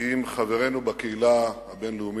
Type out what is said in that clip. עם חברינו בקהילה הבין-לאומית,